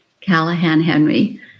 Callahan-Henry